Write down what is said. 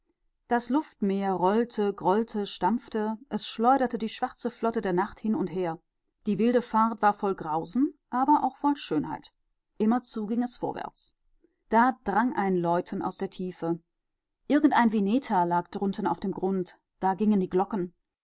das luftmeer rollte grollte stampfte es schleuderte die schwarze flotte der nacht hin und her die wilde fahrt war voll grausen aber auch voll schönheit immerzu immerzu ging es vorwärts da drang ein läuten aus der tiefe irgendein vineta lag drunten auf dem grund da gingen die glocken